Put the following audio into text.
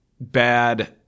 bad